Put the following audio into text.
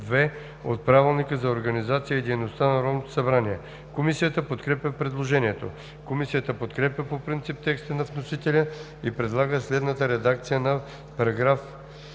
от Правилника за организацията и дейността на Народното събрание. Комисията подкрепя предложението. Комисията подкрепя по принцип текста на вносителя и предлага следната редакция на §